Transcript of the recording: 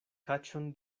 kaĉon